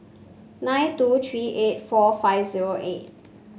nine two three eight four five zero eight